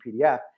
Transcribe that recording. PDF